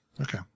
Okay